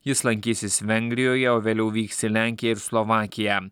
jis lankysis vengrijoje o vėliau vyks į lenkiją ir slovakiją